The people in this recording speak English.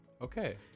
okay